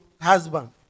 husband